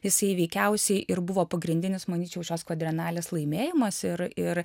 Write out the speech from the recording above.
jisai veikiausiai ir buvo pagrindinis manyčiau šios kvadrenalės laimėjimas ir ir